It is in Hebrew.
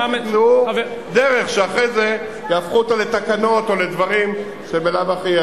זאת דרך שאחרי זה יהפכו אותה לתקנות או לדברים שבלאו הכי,